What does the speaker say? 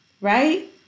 right